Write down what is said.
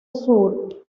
sur